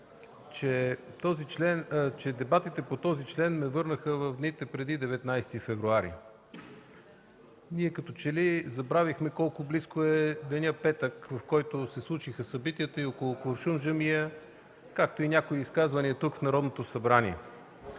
че дебатите по този член ни върнаха в дните преди 19 февруари. Ние като че ли забравихме колко близко е денят петък, в който се случиха събитията около „Куршум джамия”, както и някои изказвания тук, в Народното събрание.